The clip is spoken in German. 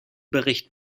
bericht